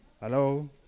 Hello